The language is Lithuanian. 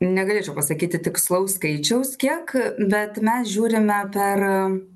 negalėčiau pasakyti tikslaus skaičiaus kiek bet mes žiūrime per